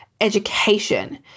education